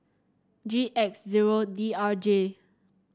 G X zero D R J